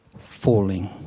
falling